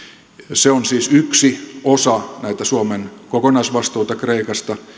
se on siis yksi osa näitä suomen kokonaisvastuita kreikasta